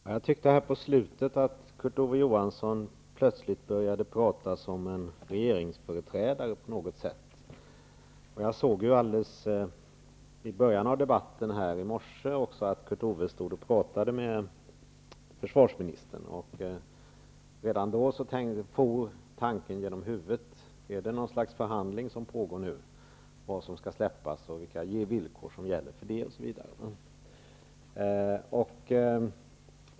Herr talman! Jag tyckte att Kurt Ove Johansson i slutet av sitt anförande plötsligt började låta som en regeringsföreträdare. Jag såg ju att Kurt Ove Johansson i början av debatten i morse stod och talade med försvarsministern. Redan då for tanken genom huvudet på mig: Är det något slags förhandling som nu pågår om vad som skall släppas och om under vilka villkor det skall ske osv.?